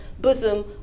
bosom